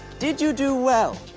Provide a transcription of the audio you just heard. did you do well?